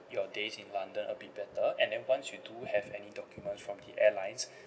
your days in london a bit better and then once you do have any documents from the airlines